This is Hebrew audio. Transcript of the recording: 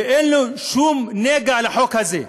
ואין לו שום נגיעה לחוק הזה.